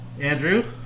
Andrew